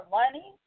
money